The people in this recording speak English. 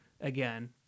again